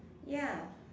ya